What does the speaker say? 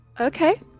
Okay